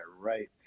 right